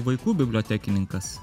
vaikų bibliotekininkas